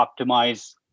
optimize